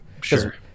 Sure